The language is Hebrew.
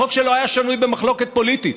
חוק שלא היה שנוי במחלוקת פוליטית,